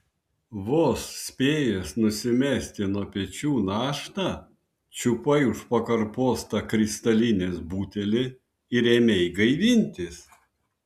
vos spėjęs nusimesti nuo pečių naštą čiupai už pakarpos tą kristalinės butelį ir ėmei gaivintis